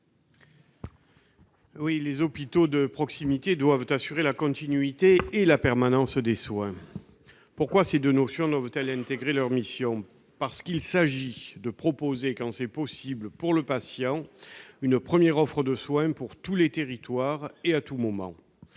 Amiel. Les hôpitaux de proximité doivent assurer la continuité et la permanence des soins. Pourquoi ces deux notions doivent-elles faire partie de leur mission ? Parce qu'il s'agit de proposer, quand c'est possible pour le patient, une première offre de soins pour tous les territoires et à tout moment.